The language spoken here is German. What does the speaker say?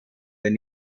den